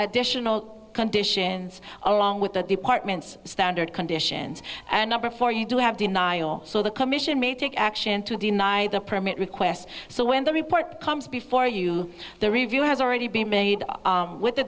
additional conditions along with the department's standard conditions and number four you do have denial so the commission may take action to deny the permit requests so when the report comes before you the review has already been made with the